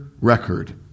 record